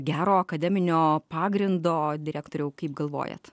gero akademinio pagrindo direktoriau kaip galvojat